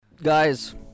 Guys